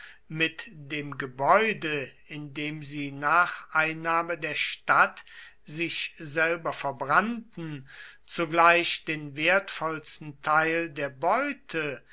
mit dem gebäude in dem sie nach einnahme der stadt sich selber verbrannten zugleich den wertvollsten teil der beute